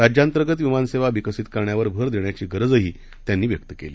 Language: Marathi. राज्यांतर्गतविमानसेवाविकसितकरण्यावरभरदेण्याचीगरजहीत्यांनीव्यक्तकेली